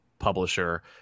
publisher